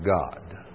God